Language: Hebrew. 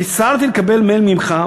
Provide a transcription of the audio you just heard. "הצטערתי לקבל מייל ממך,